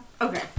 Okay